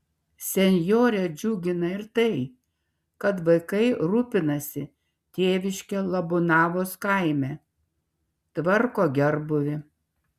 senjorę džiugina ir tai kad vaikai rūpinasi tėviške labūnavos kaime tvarko gerbūvį